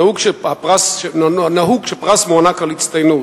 נהוג שפרס מוענק על הצטיינות,